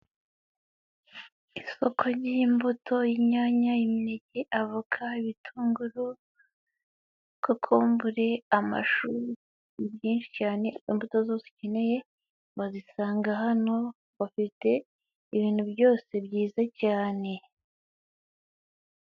Isoko ry'imbuto inyanya, imineke, avoka, ibitunguru, kokombure, amashu ni byinshi cyane. Imbuto zose ukeneye wazisangahano bafite ibintu byose byiza cyane.